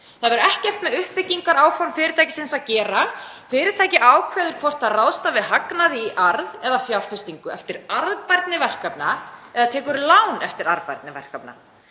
Það hefur ekkert með uppbyggingaráform fyrirtækisins að gera. Fyrirtækið ákveður hvort það ráðstafi hagnaði í arð eða fjárfestingu eftir arðbærni verkefna eða tekur lán eftir arðbærni verkefna.